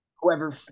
Whoever